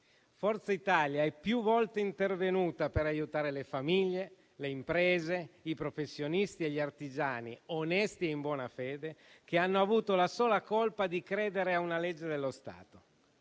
Forza Italia è più volte intervenuta per aiutare le famiglie, le imprese, i professionisti e gli artigiani, onesti e in buona fede, che hanno avuto la sola colpa di credere a una legge dello Stato.